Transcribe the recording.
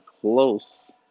close